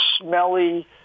smelly